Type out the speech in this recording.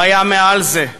הוא היה מעל זה.